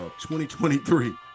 2023